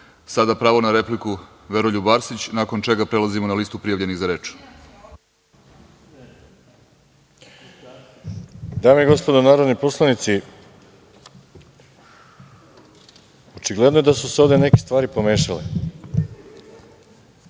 tome. Sada pravo na repliku Veroljub Arsić, nakon čega prelazimo na listu prijavljenih za reč.